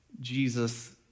Jesus